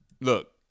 Look